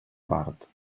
part